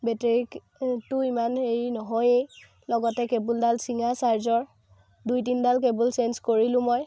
বেটেৰীটো ইমান হেৰি নহয়েই লগতে কেবলডাল ছিঙা চাৰ্জৰ দুই তিনডাল কেবল ছেঞ্জ কৰিলোঁ মই